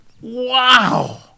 wow